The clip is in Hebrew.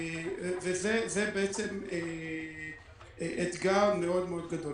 וזה אתגר מאוד מאוד גדול.